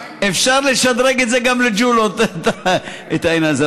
אפשר לשדרג את זה גם לג'ולות, את העניין הזה.